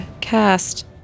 cast